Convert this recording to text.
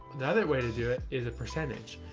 the other way to do it is a percentage.